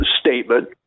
statement